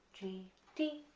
g, d,